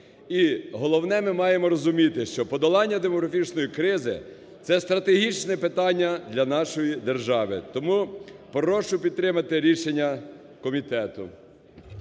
головне, ми маємо розуміти, що подолання демографічної кризи – це стратегічне питання для нашої держави. Тому прошу підтримати рішення комітету.